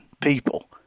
people